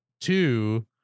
Two